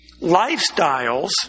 lifestyles